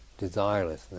desirelessness